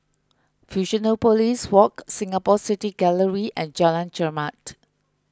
Fusionopolis Walk Singapore City Gallery and Jalan Chermat